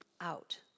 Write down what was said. out